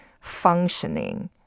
functioning